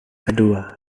kedua